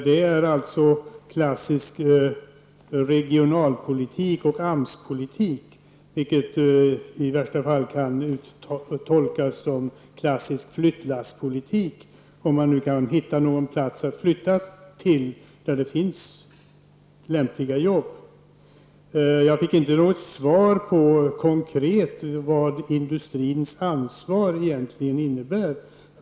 Det rör sig om klassisk regionalpolitik och AMSpolitik, vilket i värsta fall kan uttolkas klassisk flyttlasspolitik, om man nu kan hitta någon plats att flytta till där det finns lämpliga jobb. Jag fick inget konkret svar på vad industrins ansvar egentligen innebär.